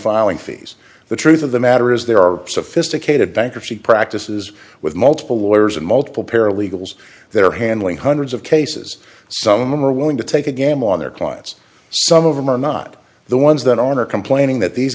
filing fees the truth of the matter is there are sophisticated bankruptcy practices with multiple lawyers and multiple paralegals they're handling hundreds of cases some are willing to take a gamble on their clients some of them are not the ones that own or complaining that these